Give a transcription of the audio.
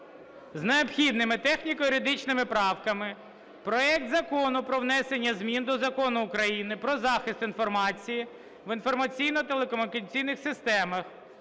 з необхідними техніко-юридичними правками проект Закону про внесення змін до Закону України "Про захист інформації в інформаційно-телекомунікаційних системах"